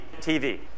TV